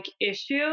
issue